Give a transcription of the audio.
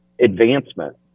advancement